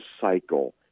cycle